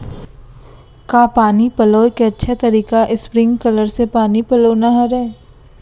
का पानी पलोय के अच्छा तरीका स्प्रिंगकलर से पानी पलोना हरय?